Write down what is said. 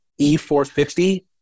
E450